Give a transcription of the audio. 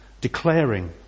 declaring